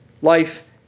Life